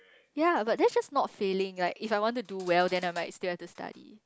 yeah but that's just not failing like if I want to do well then I might still have to study